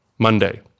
Monday